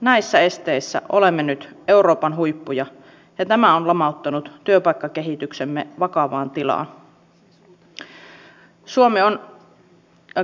näissä esteissä olemme nyt euroopan huippuja ja tämä on lamauttanut työpaikkakehityksemme vakavaan tilaan